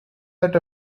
that